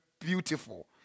beautiful